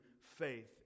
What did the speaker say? faith